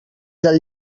del